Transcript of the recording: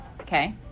Okay